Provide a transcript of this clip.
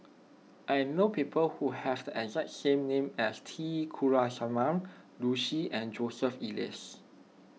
I know people who have the exact name as T Kulasekaram Liu Si and Joseph Elias